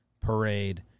Parade